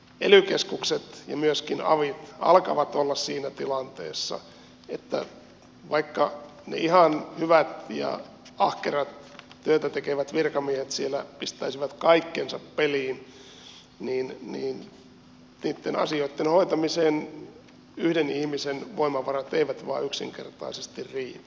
ely keskukset ja myöskin avit alkavat olla siinä tilanteessa että vaikka ne ihan hyvät ja ahkerat työtä tekevät virkamiehet pistäisivät kaikkensa peliin niin niiden asioiden hoitamiseen yhden ihmisen voimavarat eivät vain yksinkertaisesti riitä